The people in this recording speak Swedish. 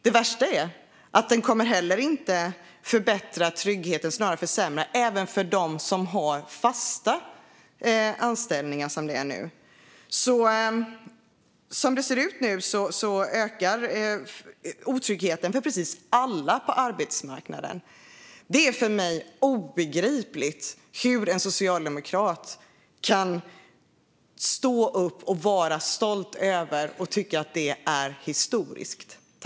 Det värsta är att den inte kommer att förbättra tryggheten, snarare försämra, även för dem som har fasta anställningar. Som det ser ut nu ökar otryggheten för precis alla på arbetsmarknaden. Det är för mig obegripligt hur en socialdemokrat kan stå upp och vara stolt över detta och tycka att det är historiskt.